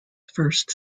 first